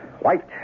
white